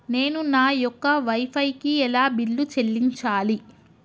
నేను నా యొక్క వై ఫై కి ఎలా బిల్లు చెల్లించాలి?